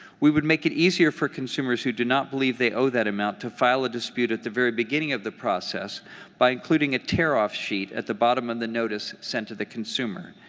we would make it easier for consumers who do not believe they owe that amount to file a dispute at the very beginning of the process by including a tear-off sheet at the bottom of and the notice sent to the consumer.